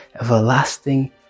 everlasting